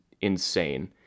insane